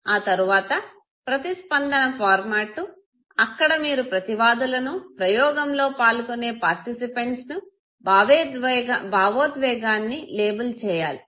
ఆ తరువాత ప్రతిస్పందన ఫార్మటు అక్కడ మీరు ప్రతివాదులను ప్రయోగంలో పాల్గొనే పార్టిసిపంట్స్ భావోద్వేగాన్ని లేబిల్ చేయాలి